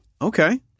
Okay